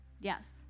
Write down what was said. Yes